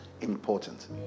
important